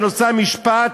בנושא המשפט,